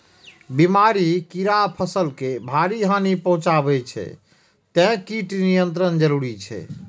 बीमारी, कीड़ा फसल के भारी हानि पहुंचाबै छै, तें कीट नियंत्रण जरूरी छै